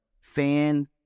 fan